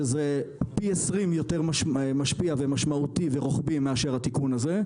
שזה פי 20 יותר משפיע ומשמעותי ורוחבי מאשר התיקון הזה,